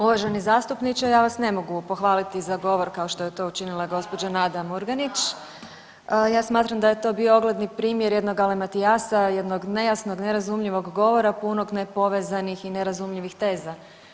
Uvaženi zastupniče ja vas ne mogu pohvaliti za govor kao što je to učinila gospođa Nada Murganić, ja smatram da je to bio ogledni primjer jednog galimatijasa jednog nejasnog, nerazumljivog govora punog nepovezanih i nerazumljivih teza.